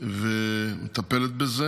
ומטפלת בזה.